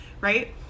right